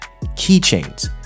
keychains